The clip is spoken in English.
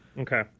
okay